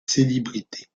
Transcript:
célébrités